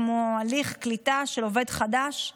כמו הליך קליטה של עובד חדש.